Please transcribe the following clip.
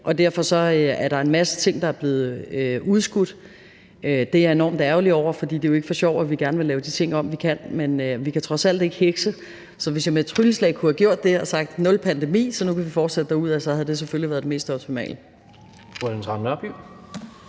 og derfor er der en masse ting, der er blevet udskudt. Det er jeg enormt ærgerlig over, for det er jo ikke for sjov, at vi gerne vil lave de ting om, som vi kan, men vi kan trods alt ikke hekse. Hvis jeg med et trylleslag kunne have gjort det og have sagt nul pandemi, sådan at vi kunne fortsætte derudad, så havde det selvfølgelig været det mest optimale.